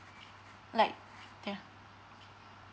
like yeah